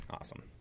Awesome